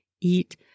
eat